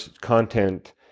content